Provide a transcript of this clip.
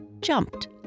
jumped